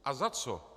A za co?